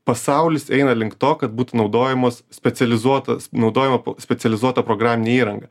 pasaulis eina link to kad būtų naudojamos specializuotas naudojama specializuota programinė įranga